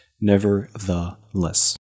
Nevertheless